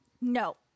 No